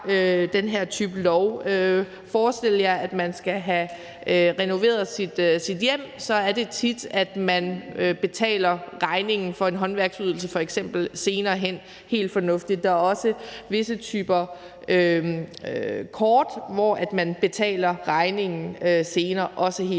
den her type lov. Forestil jer, at man skal have renoveret sit hjem. Så er det tit, at man betaler regningen for f.eks. en håndværksydelse senere hen – det er helt fornuftigt. Der er også visse typer kort, hvor man betaler regningen senere – og det